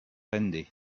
rende